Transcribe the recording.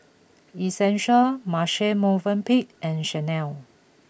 Essential Marche Movenpick and Chanel